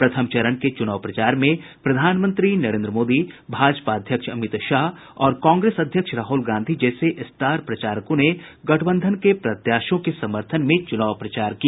प्रथम चरण के चुनाव प्रचार में प्रधानमंत्री नरेन्द्र मोदी भाजपा अध्यक्ष अमित शाह और कांग्रेस अध्यक्ष राहल गांधी जैसे स्टार प्रचारकों ने गठबंधन के प्रत्याशियों के समर्थन में चूनाव प्रचार किया